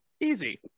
easy